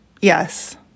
Yes